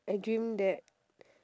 I dream that